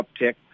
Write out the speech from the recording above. uptick